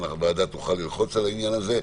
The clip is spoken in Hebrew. והוועדה תוכל ללחוץ בעניין הזה.